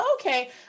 okay